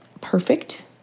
perfect